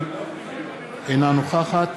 אינה נוכחת